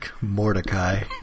Mordecai